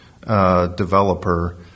developer